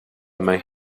main